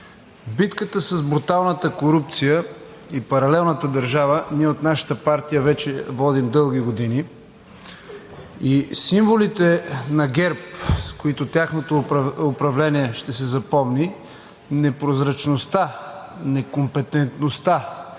Битката с бруталната корупция и паралелната държава ние от нашата партия водим вече дълги години. Символите на ГЕРБ, с които тяхното управление ще се запомни – непрозрачността, некомпетентността,